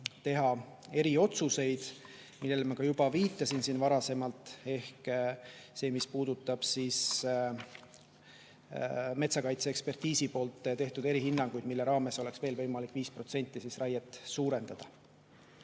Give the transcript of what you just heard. teha eriotsuseid, millele ma ka juba viitasin siin varasemalt, ehk see, mis puudutab metsakaitseekspertiisi poolt tehtud hinnanguid, mille raames oleks võimalik 5% raiet suurendada.